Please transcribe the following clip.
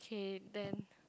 K then